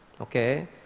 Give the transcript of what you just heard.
okay